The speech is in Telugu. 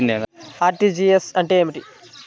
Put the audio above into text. అర్.టీ.జీ.ఎస్ అంటే ఏమిటి?